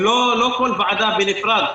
ולא כל ועדה בנפרד,